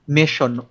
mission